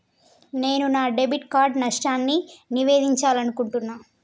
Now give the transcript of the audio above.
నేను నా debit card నష్టాన్ని నివేదించాలనుకుంటున్నా